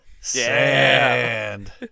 sand